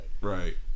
Right